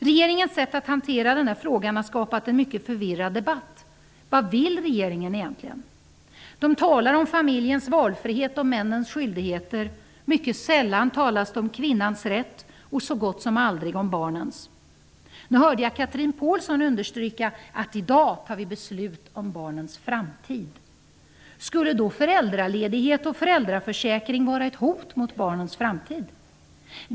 Regeringens sätt att hantera denna fråga har skapat en mycket förvirrad debatt. Vad vill regeringen egentligen? Man talar om familjens valfrihet och männens skyldigheter. Mycket sällan talas det om kvinnans rätt och så gott som aldrig om barnens. Nu hörde jag Chatrine Pålsson understryka att vi i dag fattar beslut om barnens framtid. Skulle då föräldraledighet och föräldraförsäkring vara ett hot mot barnens framtid?